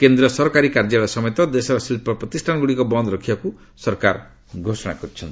କେନ୍ଦ୍ର ସରକାରୀ କାର୍ଯ୍ୟାଳୟ ସମେତ ଦେଶର ଶିଳ୍ପ ପ୍ରତିଷ୍ଠାନଗୁଡ଼ିକ ବନ୍ଦ ରଖିବାକୁ ସରକାର ଘୋଷଣା କରିଛନ୍ତି